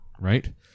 right